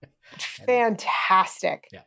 Fantastic